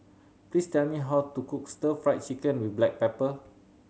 please tell me how to cook Stir Fried Chicken with black pepper